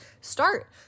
start